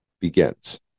begins